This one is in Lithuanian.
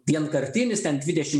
vienkartinis ten dvidešim